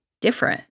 different